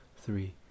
three